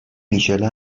میشله